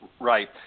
Right